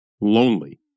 lonely